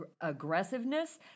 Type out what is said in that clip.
aggressiveness